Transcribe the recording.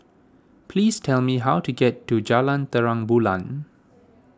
please tell me how to get to Jalan Terang Bulan